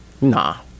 Nah